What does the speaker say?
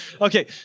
okay